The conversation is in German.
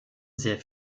sehr